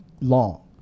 long